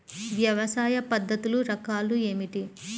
వ్యవసాయ పద్ధతులు రకాలు ఏమిటి?